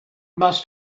must